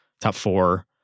top-four